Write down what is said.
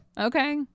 Okay